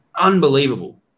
unbelievable